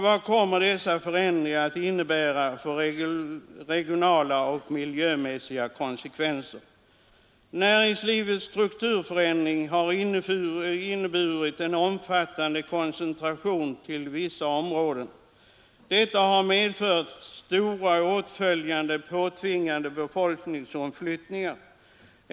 Vad kommer dessa förändringar att innebära för regionala och miljömässiga konsekvenser? Näringslivet strukturförändring har inneburit en omfattande koncentration till vissa områden. Detta har medfört stora åtföljande påtvingade befolkningsomflyttningar.